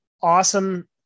awesome